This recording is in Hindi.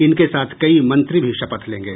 इनके साथ कई मंत्री भी शपथ लेंगे